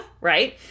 right